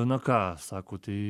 na ką sako tai